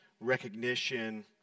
recognition